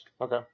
Okay